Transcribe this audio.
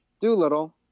Doolittle